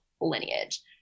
lineage